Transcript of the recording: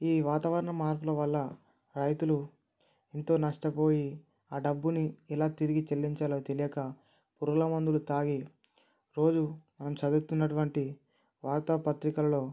ఈ వాతావరణ మార్పుల వల్ల రైతులు ఎంతో నష్టపోయి ఆ డబ్బుని ఎలా తిరిగి చెల్లించాలో తెలియక పురుగుల మందులు తాగి రోజు మనం చదువుతున్నటువంటి వార్తా పత్రికల్లో